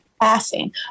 passing